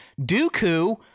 dooku